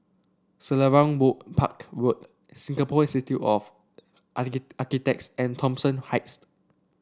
Selarang Road Park Road Singapore Institute of Architects and Thomson Heights